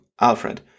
Alfred